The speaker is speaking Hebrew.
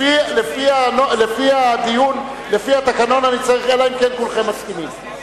לפי התקנון אני צריך, אלא אם כן כולכם מסכימים.